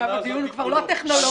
עכשיו הדיון הוא כבר לא טכנולוגי.